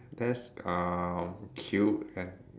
that's uh cute and